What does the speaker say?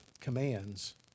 commands